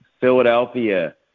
Philadelphia